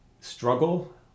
struggle